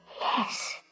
Yes